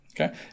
Okay